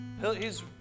hes